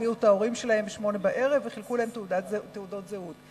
הביאו את ההורים שלהם ב-20:00 וחילקו להם תעודות זהות.